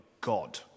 God